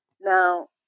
Now